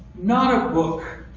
not a book